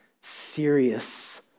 serious